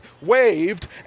waved